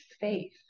faith